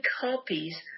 copies